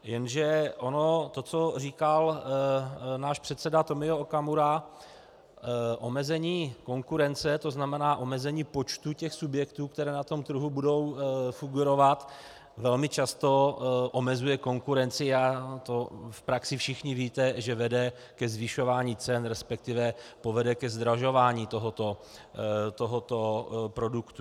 Jenže ono to, co říkal náš předseda Tomio Okamura, omezení konkurence, to znamená omezení počtu subjektů, které na trhu budou figurovat, velmi často omezuje konkurenci a v praxi všichni víte, že to vede ke zvyšování cen, respektive povede ke zdražování tohoto produktu.